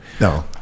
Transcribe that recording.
no